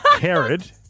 Herod